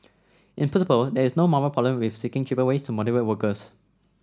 in principle there is no moral problem with seeking cheaper ways to motivate workers